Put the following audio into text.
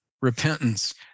repentance